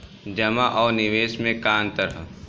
जमा आ निवेश में का अंतर ह?